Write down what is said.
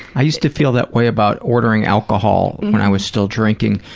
i used to feel that way about ordering alcohol, when i was still drinking.